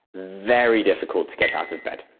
very difficult to get out of bed.